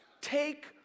Take